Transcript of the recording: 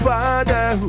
Father